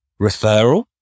referral